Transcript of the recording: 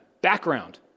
background